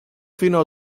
fino